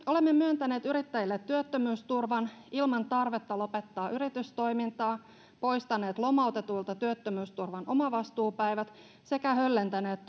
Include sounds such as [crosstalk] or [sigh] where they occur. olemme myöntäneet yrittäjille työttömyysturvan ilman tarvetta lopettaa yritystoimintaa poistaneet lomautetuilta työttömyysturvan omavastuupäivät sekä höllentäneet [unintelligible]